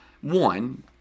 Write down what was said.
one